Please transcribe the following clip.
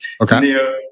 Okay